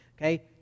okay